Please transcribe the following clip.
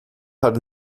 hat